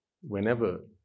whenever